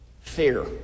Fear